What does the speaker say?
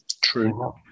True